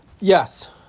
Yes